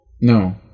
No